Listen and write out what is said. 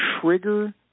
trigger